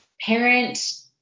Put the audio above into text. parent